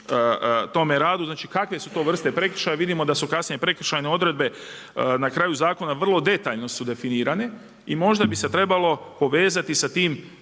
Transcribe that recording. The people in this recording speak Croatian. tome radu, znači kakve su to vrste prekršaja, vidimo da su kasnije prekršajne odredbe na kraju zakona vrlo detaljno su definirane i možda bio se trebalo povezati sa tim